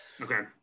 Okay